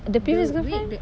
the previous girlfriend